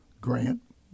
grant